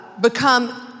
become